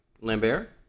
Lambert